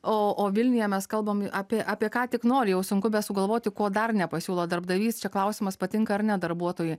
o o vilniuje mes kalbam apie apie ką tik nori jau sunku sugalvoti ko dar nepasiūlo darbdavys čia klausimas patinka ar ne darbuotojui